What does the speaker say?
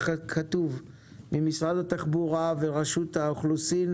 כתוב ממשרד התחבורה ורשות האוכלוסין,